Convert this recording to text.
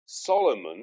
Solomon